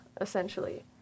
essentially